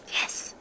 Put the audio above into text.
Yes